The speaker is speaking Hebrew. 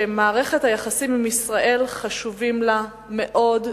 שמערכת היחסים עם ישראל חשובה לה מאוד,